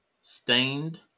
Stained